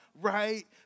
right